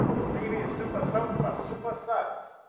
stevie's super soap for super suds.